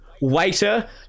waiter